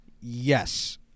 Yes